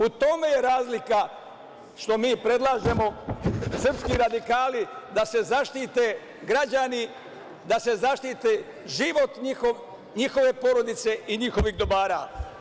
U tome je razlika što mi predlažemo, srpski radikali, da se zaštite građani, da se zaštiti njihov život, njihove porodice i njihovih dobara.